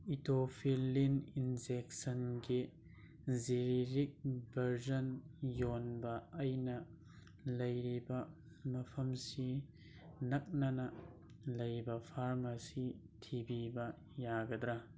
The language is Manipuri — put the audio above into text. ꯏꯇꯣꯐꯤꯂꯤꯟ ꯏꯟꯖꯦꯛꯁꯟꯒꯤ ꯖꯦꯅꯔꯤꯛ ꯚꯔꯖꯟ ꯌꯣꯟꯕ ꯑꯩꯅ ꯂꯩꯔꯤꯕ ꯃꯐꯝꯁꯤ ꯅꯛꯅꯅ ꯂꯩꯕ ꯐꯔꯃꯁꯤ ꯊꯤꯕꯤꯕ ꯌꯥꯒꯗ꯭ꯔꯥ